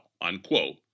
unquote